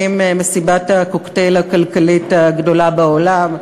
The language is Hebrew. מסיבת הקוקטייל הכלכלית הגדולה בעולם,